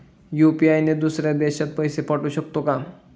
UPI ने दुसऱ्या देशात पैसे पाठवू शकतो का?